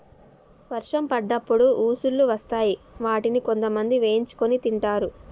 వర్షం పడ్డప్పుడు ఉసుల్లు వస్తాయ్ వాటిని కొంతమంది వేయించుకొని తింటరు